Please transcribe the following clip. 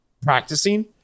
practicing